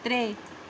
ترٛیٚیہِ